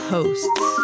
Hosts